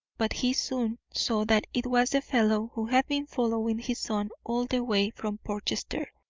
but he soon saw that it was the fellow who had been following his son all the way from portchester,